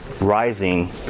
rising